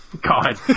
God